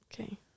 Okay